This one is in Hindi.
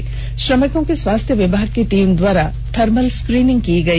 सभी श्रमिको की स्वास्थ्य विभाग की टीम द्वारा थर्मल स्क्रीनिंग की गई